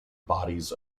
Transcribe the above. bodies